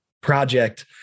project